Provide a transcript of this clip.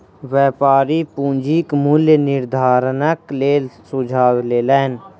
व्यापारी पूंजीक मूल्य निर्धारणक लेल सुझाव लेलैन